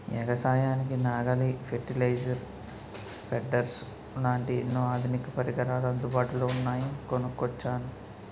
ఎగసాయానికి నాగలి, fertiliser, spreaders లాంటి ఎన్నో ఆధునిక పరికరాలు అందుబాటులో ఉన్నాయని కొనుక్కొచ్చాను